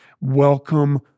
welcome